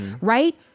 right